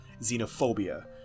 xenophobia